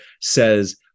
says